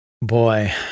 Boy